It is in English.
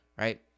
Right